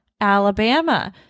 Alabama